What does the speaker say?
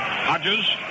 Hodges